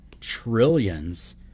trillions